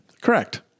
correct